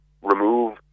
remove